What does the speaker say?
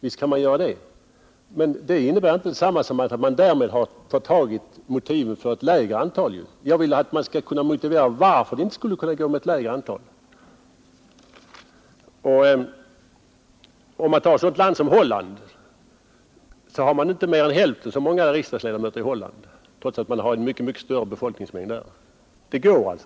Men därmed har man inte avfärdat motiven för ett lägre antal. Jag vill veta varför det inte skulle gå med ett lägre antal. Ett land som Holland har inte mer än hälften så många riksdagsledamöter som vi har, trots att man där har en mycket större befolkning. Det går alltså.